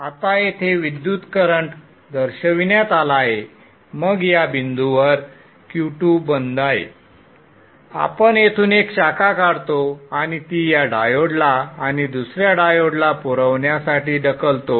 आता येथे विद्युत करंट दर्शविण्यात आला आहे मग या बिंदूवर Q2 बंद आहे आपण येथून एक शाखा काढतो आणि ती या डायोडला आणि दुसर्या डायोडला पुरवण्यासाठी ढकलतो